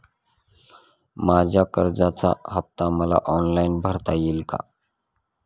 माझ्या कर्जाचा हफ्ता मला ऑनलाईन भरता येईल का?